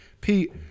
Pete